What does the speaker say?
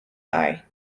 eye